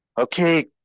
okay